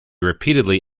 repeatedly